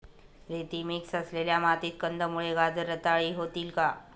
रेती मिक्स असलेल्या मातीत कंदमुळे, गाजर रताळी होतील का?